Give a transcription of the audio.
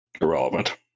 irrelevant